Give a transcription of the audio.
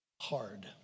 hard